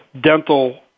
dental